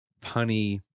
punny